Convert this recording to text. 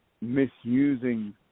misusing